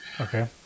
Okay